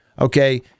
okay